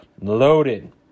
Loaded